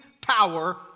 power